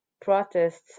protests